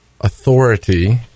authority